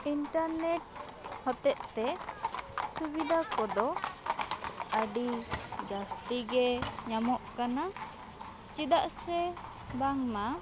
internet ᱦᱚᱛᱮᱛᱮ ᱥᱩᱵᱤᱫᱷᱟ ᱠᱚᱫᱚ ᱟᱹᱰᱤ ᱡᱟᱹᱥᱛᱤ ᱜᱮ ᱧᱟᱢᱚᱜ ᱠᱟᱱᱟ ᱪᱮᱫᱟᱜ ᱥᱮ ᱵᱟᱝ ᱢᱟ